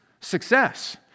success